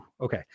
Okay